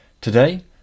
Today